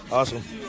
Awesome